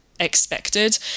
Expected